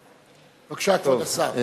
בבקשה, כבוד השר.